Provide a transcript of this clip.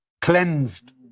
cleansed